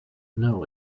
know